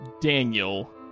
Daniel